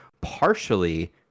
partially